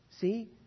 See